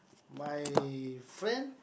my friend